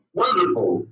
wonderful